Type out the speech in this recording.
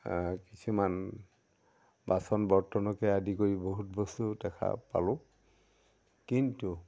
কিছুমান বাচন বৰ্তনকে আদি কৰি বহুত বস্তু দেখা পালোঁ কিন্তু